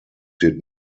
did